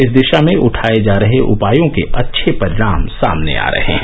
इस दिशा में उठाए जा रहे उपायों के अच्छे परिणाम सामने आ रहे हैं